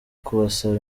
kumusaba